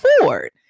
afford